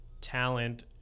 talent